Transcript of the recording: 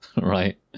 right